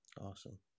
awesome